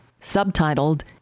subtitled